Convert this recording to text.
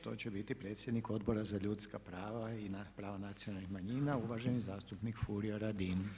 To će biti predsjednik Odbora za ljudska prava i prava nacionalnih manjina uvaženi zastupnik Furio Radin.